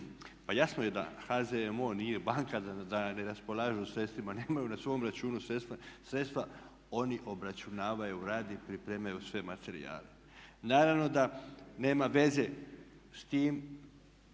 pa jasno je da HZMO da nam daje, ne raspolažu sredstvima, nemaju na svom računu sredstva. Oni obračunavaju, rade, pripremaju sve materijale. Naravno da nema veze s tim